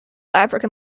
african